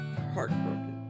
heartbroken